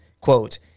quote